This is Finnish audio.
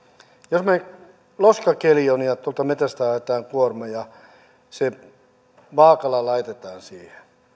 jos loskakeli on ja tuolta metsästä haetaan kuorma ja se vaaalla laitetaan siihen